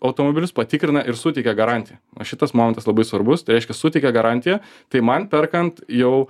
automobilius patikrina ir suteikia garantiją o šitas momentas labai svarbus tai reiškia suteikia garantiją tai man perkant jau